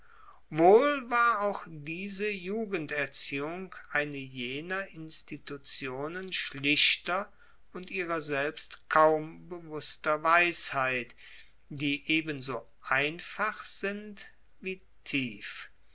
wohl war auch diese jugenderziehung eine jener institutionen schlichter und ihrer selbst kaum bewusster weisheit die ebenso einfach sind wie tief